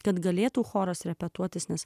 kad galėtų choras repetuotas nes